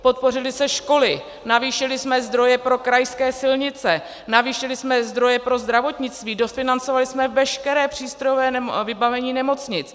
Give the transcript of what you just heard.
Podpořily se školy, navýšili jsme zdroje pro krajské silnice, navýšili jsme zdroje pro zdravotnictví, dofinancovali jsme veškeré přístrojové vybavení nemocnic.